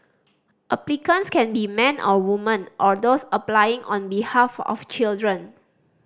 applicants can be men or woman or those applying on behalf of children